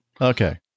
Okay